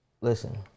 Listen